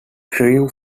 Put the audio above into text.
crewe